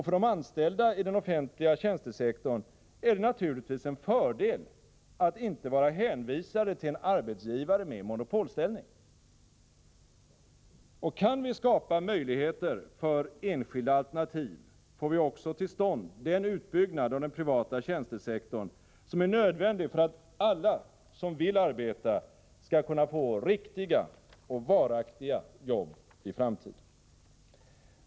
För de anställda i den offentliga tjänstesektorn är det naturligtvis en fördel att inte vara hänvisade till en arbetsgivare med monopolställning. Och kan vi skapa möjligheter för enskilda alternativ, får vi också till stånd den utbyggnad av den privata tjänstesektorn som är nödvändig för att alla som vill arbeta skall kunna få riktiga och varaktiga jobb i framtiden.